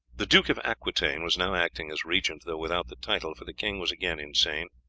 the duke of aquitaine was now acting as regent, though without the title, for the king was again insane.